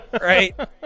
Right